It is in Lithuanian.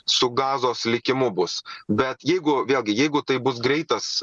su gazos likimu bus bet jeigu vėlgi jeigu tai bus greitas